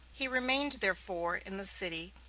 he remained, therefore, in the city,